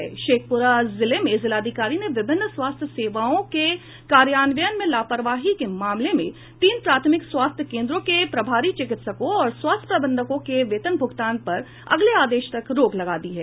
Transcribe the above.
शेखप्रा जिले में जिलाधिकारी ने विभिन्न स्वास्थ्य सेवाओं के कार्यान्वयन में लापरवाही के मामले में तीन प्राथमिक स्वास्थ्य केन्द्रों के प्रभारी चिकित्सकों और स्वास्थ्य प्रबंधकों के वेतन भूगतान पर अगले आदेश तक रोक लगा दी है